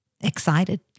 excited